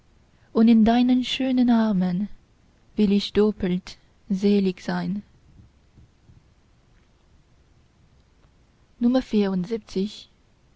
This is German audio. und in deinen schönen armen will ich doppelt selig sein